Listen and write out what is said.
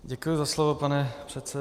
Děkuji za slovo, pane předsedo.